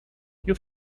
you